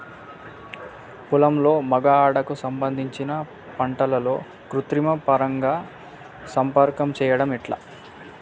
పొలంలో మగ ఆడ కు సంబంధించిన పంటలలో కృత్రిమ పరంగా సంపర్కం చెయ్యడం ఎట్ల?